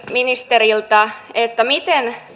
ministeriltä miten